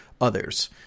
others